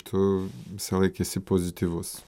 tu visąlaik esi pozityvus